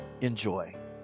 Enjoy